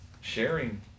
sharing